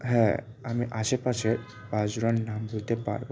হ্যাঁ আমি আশেপাশে পাঁচ জনার নাম বলতে পারব